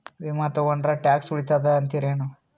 ವಿಮಾ ತೊಗೊಂಡ್ರ ಟ್ಯಾಕ್ಸ ಉಳಿತದ ಅಂತಿರೇನು?